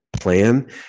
plan